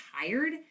tired